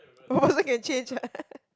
I also can change [what]